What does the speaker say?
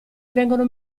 vengono